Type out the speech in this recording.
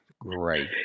Great